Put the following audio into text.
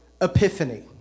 epiphany